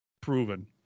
proven